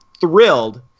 thrilled